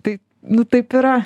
tai nu taip yra